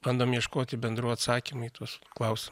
bandom ieškoti bendrų atsakymų į tuos klausimus